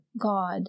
God